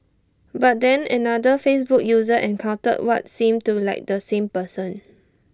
but then another Facebook user encountered what seemed to like the same person